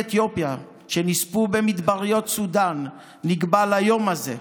אתיופיה שנספו במדבריות סודאן נקבע ליום הזה.